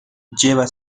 lleva